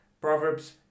Proverbs